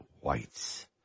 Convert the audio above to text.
whites